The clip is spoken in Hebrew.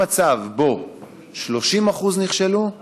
ממצב שבו 30% נכשלו,